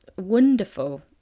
wonderful